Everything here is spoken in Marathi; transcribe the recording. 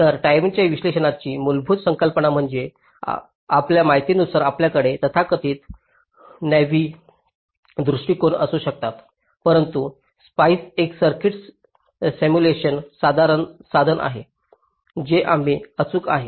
तर टाईमच्या विश्लेषणाची मूलभूत संकल्पना म्हणजे आपल्या माहितीनुसार आपल्याकडे तथाकथित नैवे दृष्टिकोन असू शकतात परंतु स्पाईस एक सर्किट सिम्युलेशन साधन आहे जे अगदी अचूक आहे